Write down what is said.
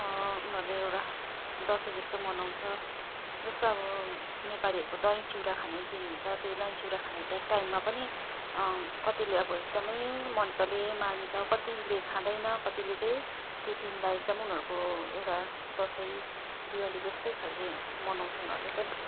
उनीहरूले एउटा दसैँ जस्तो मनाउँछ जस्तो अब नेपालीहरूको दही चिउरा खाने दिन हुन्छ त्यो दही चिउरा खाने टाइममा पनि कतिले अब एकदमै मज्जाले मान्छ कतिले खाँदैन कतिले चाहिँ त्यो दिनलाई एकदमै उनीहरूको एउटा दसैँ दिवाली जस्तै खालको मनाउँछ उनीहरूले पनि